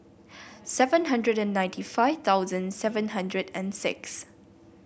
seven hundred ninety five thousand seven hundred and six